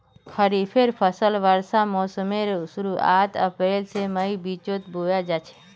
खरिफेर फसल वर्षा मोसमेर शुरुआत अप्रैल से मईर बिचोत बोया जाछे